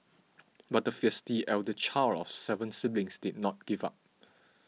but the feisty elder child of seven siblings did not give up